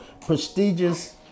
prestigious